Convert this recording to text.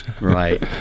Right